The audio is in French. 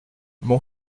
mon